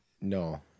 No